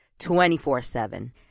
24-7